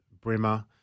Brimmer